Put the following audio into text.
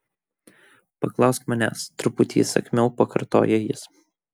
paklausk manęs truputį įsakmiau pakartoja jis